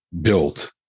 built